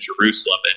Jerusalem